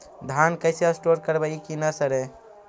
धान कैसे स्टोर करवई कि न सड़ै?